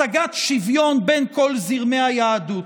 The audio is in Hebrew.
השגת שוויון בין כל זרמי היהדות.